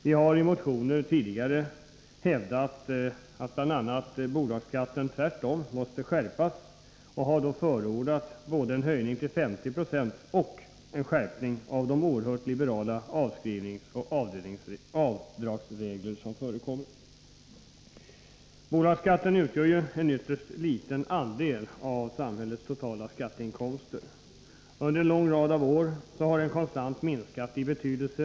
Vi har i motioner tidigare hävdat att bl.a. bolagsskatten tvärtom måste skärpas och har då förordat både en höjning till 50 96 och en skärpning av de oerhört liberala avskrivningsoch avdragsreglerna. Bolagsskatten utgör i dag en ytterst liten andel av samhällets totala skatteinkomster. Under en lång rad av år har den konstant minskat i betydelse.